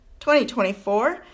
2024